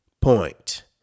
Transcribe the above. point